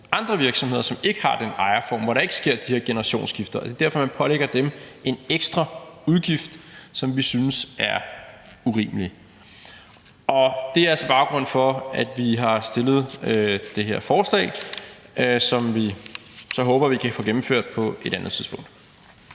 andre virksomheder, som ikke har den ejerform, hvor der ikke sker de her generationsskifter, og det er derfor, man pålægger dem en ekstra udgift, som vi synes er urimelig. Det er altså baggrunden for, at vi har fremsat det her forslag, som vi så håber at vi kan få gennemført på et andet tidspunkt.